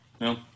No